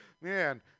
Man